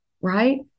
right